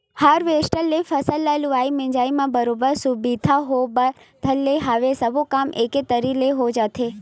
harvester ले फसल ल लुवाए मिंजाय म बरोबर सुबिधा होय बर धर ले हवय सब्बो काम एके दरी ले हो जाथे